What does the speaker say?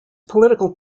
political